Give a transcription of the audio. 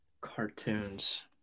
Cartoons